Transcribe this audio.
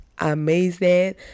amazing